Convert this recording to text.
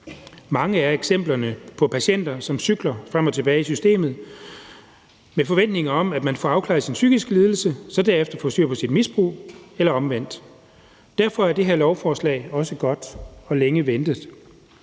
Mange er eksemplerne på patienter, som cykler frem og tilbage i systemet med forventninger om, at man får afklaret sin psykiske lidelse og så derefter får styr på sit misbrug eller omvendt. Derfor er det her lovforslag også godt og længe ventet.